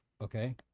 Okay